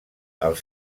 els